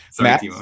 Matt